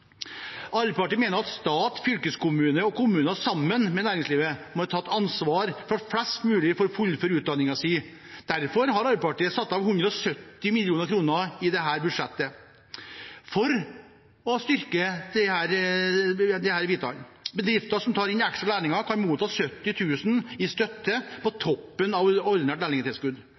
Arbeiderpartiet mener at stat, fylkeskommuner og kommuner – sammen med næringslivet – må ta et ansvar for at flest mulig får fullført utdanningen sin. Derfor har Arbeiderpartiet satt av 170 mill. kr i dette budsjettet for å styrke dette. Bedrifter som tar inn ekstra lærlinger, kan motta 70 000 i støtte på toppen av